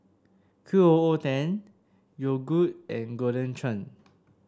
Q O O ten Yogood and Golden Churn